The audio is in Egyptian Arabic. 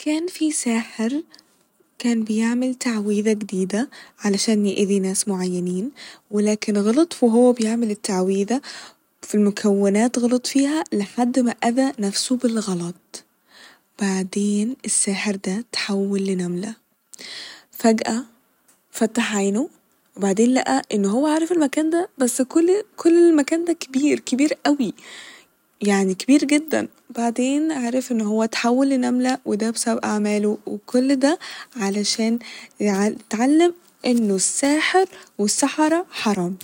كان في ساحر كان بيعمل تعويذة جديدة علشان يأذي ناس معينين ولكن غلط وهو بيعمل التعويذة ف المكونات غلط فيها لحد ما أذى نفسه بالغلط بعدين الساحر ده اتحول لنملة فجأة فتح عينه وبعدين لقى إن هو عارف المكان ده بس كل كل المكان ده كبير كبير أوي يعني كبير جدا بعدين عرف إن هو اتحول لنملة وده بسبب أعماله وكل ده علشان ات- اتعلم إنه الساحر والسحرة حرام